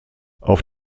auf